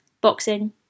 boxing